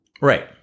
Right